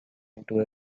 into